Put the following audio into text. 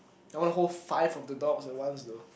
I want to hold five of the dogs at once though